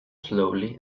slowly